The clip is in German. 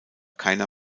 keiner